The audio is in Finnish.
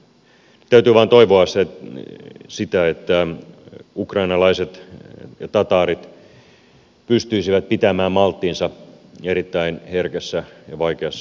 nyt täytyy vain toivoa sitä että ukrainalaiset ja tataarit pystyisivät pitämään malttinsa erittäin herkässä ja vaikeassa tilanteessa